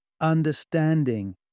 understanding